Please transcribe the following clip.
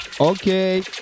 Okay